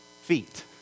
feet